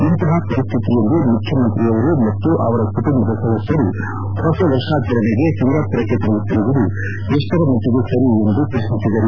ಇಂತಹ ಪರಿಸ್ಟಿತಿಯಲ್ಲಿ ಮುಖ್ಯಮಂತ್ರಿಯವರು ಮತ್ತು ಅವರ ಕುಟುಂಬದ ಸದಸ್ಯರು ಹೊಸ ವರ್ಷಾಚರಣೆಗೆ ಸಿಂಗಾಪುರಕ್ಕೆ ತೆರಳುತ್ತಿರುವುದು ಎಷ್ಪರಮಟ್ಟಗೆ ಸರಿ ಎಂದು ಪ್ರಶ್ನಿಸಿದರು